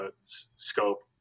scope